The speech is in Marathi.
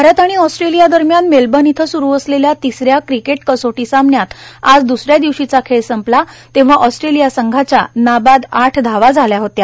भारत आणि ऑस्ट्रेलिया दरम्यान मेलबर्न इथं सुरू असलेल्या तिसऱ्या क्रिकेट कसोटी सामन्यात आज दुसऱ्या दिवशीचा खेळ संपला तेव्हा ऑस्ट्रेलिया संघाच्या नाबाद आठ धावा झाल्या होत्या